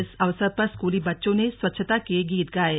इस अवसर पर स्कूली बच्चों ने स्वच्छता के गीत गाये